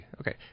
okay